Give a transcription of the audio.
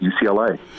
UCLA